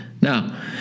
Now